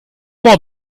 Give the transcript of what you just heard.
mal